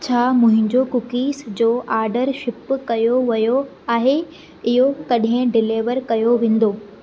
छा मुंहिंजो कूकीज़ जो ऑर्डरु शिप कयो वियो आहे इहो कॾहिं डिलीवर कयो वेंदो